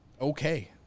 okay